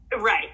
Right